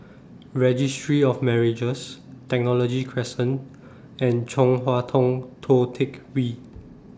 Registry of Marriages Technology Crescent and Chong Hua Tong Tou Teck Hwee